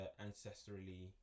ancestrally